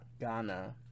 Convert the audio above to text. Ghana